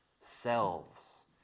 selves